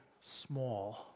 small